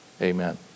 Amen